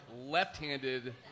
left-handed